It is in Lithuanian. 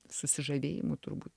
susižavėjimu turbūt